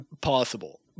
possible